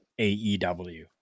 AEW